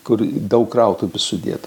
kur daug krautuvių sudėta